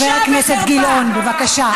חבר הכנסת גילאון, בבקשה.